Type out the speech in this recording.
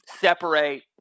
separate